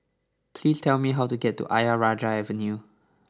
please tell me how to get to Ayer Rajah Avenue